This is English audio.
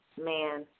man